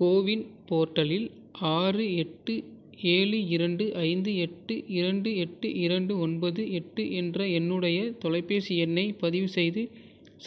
CoWIN போர்ட்டலில் ஆறு எட்டு ஏழு இரண்டு ஐந்து எட்டு இரண்டு எட்டு இரண்டு ஒன்பது எட்டு என்ற என்னுடைய தொலைபேசி எண்ணை பதிவு செய்து